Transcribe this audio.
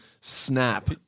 snap